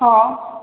ହଁ